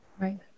Right